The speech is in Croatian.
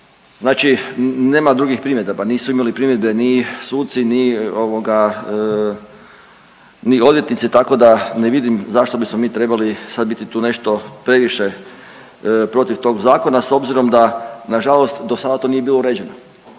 Znači nema drugih primjedaba, nisu imal primjedbe ni suci ni odvjetnici tako da ne vidim zašto bismo mi trebali sad biti tu nešto previše protiv tog zakona s obzirom da na žalost do sada to nije bilo uređeno.